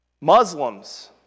Muslims